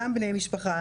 גם בני משפחה,